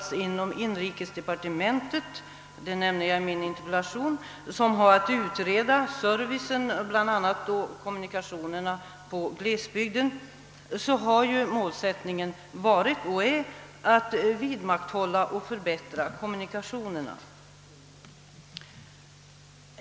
inom inrikesdepartementet — jag nämner den i min interpellation — och har att utreda frågan om servicen, bl.a. beträffande kommunikationerna inom glesbygderna, har målsättningen varit och är fortfarande att vidmakthålla och förbättra dessa kommunikationer.